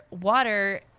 water